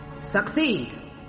Succeed